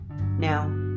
Now